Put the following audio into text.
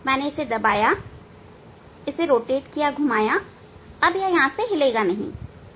मैंने इसे दबाया और फिर इसे घुमाया तो अब यह नहीं हिल सकता